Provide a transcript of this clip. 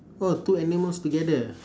oh two animals together